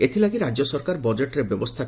ଏଥି ଲାଗି ରାଜ୍ୟ ସରକାର ବଜେଟ୍ରେ ବ୍ୟବସ୍କୁ